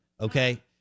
okay